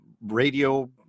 radio